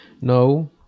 no